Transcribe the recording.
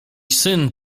syn